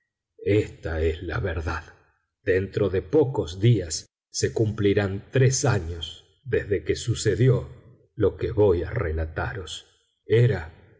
ésta es la verdad dentro de pocos días se cumplirán tres años desde que sucedió lo que voy a relataros era